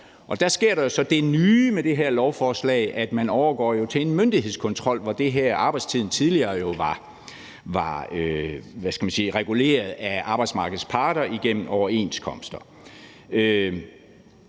der så det nye med det her lovforslag, at man overgår til en myndighedskontrol, hvor arbejdstiden tidligere jo var reguleret af arbejdsmarkedets parter igennem overenskomster.